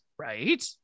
Right